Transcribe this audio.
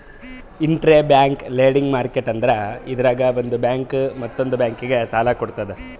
interbank lending market ಅಂದ್ರ ಇದ್ರಾಗ್ ಒಂದ್ ಬ್ಯಾಂಕ್ ಮತ್ತೊಂದ್ ಬ್ಯಾಂಕಿಗ್ ಸಾಲ ಕೊಡ್ತದ್